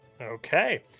Okay